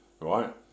right